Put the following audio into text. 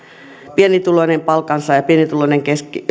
pienituloinen palkansaaja ja pienituloinen